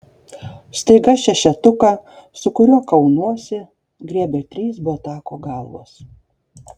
staiga šešetuką su kuriuo kaunuosi griebia trys botago galvos